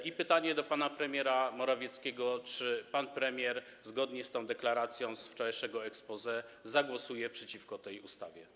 I pytanie do pana premiera Morawieckiego: Czy pan premier zgodnie z tą deklaracją z wczorajszego exposé zagłosuje przeciwko tej ustawie?